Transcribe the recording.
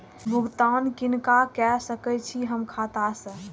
भुगतान किनका के सकै छी हम खाता से?